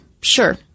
Sure